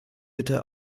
bitte